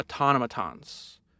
automatons